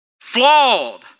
flawed